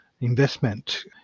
investment